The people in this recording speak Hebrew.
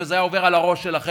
וזה היה עובר על הראש שלכם,